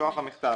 משלוח המכתב.